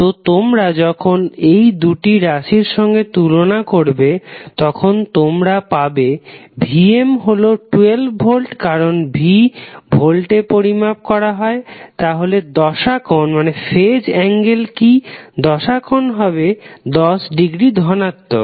তো তোমরা যখন এই দুটি রাশির সঙ্গে তুলনা করবে তখন তোমরা যাতে পারবে Vm হলো 12 ভোল্ট কারণ V ভোল্টে পরিমাপ করা হয় তাহলে দশা কোণ কি দশা কোণ হবে 10 ডিগ্রী ধনাত্মক